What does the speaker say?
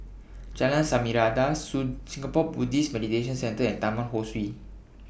Jalan Samarinda Soon Singapore Buddhist Meditation Centre and Taman Ho Swee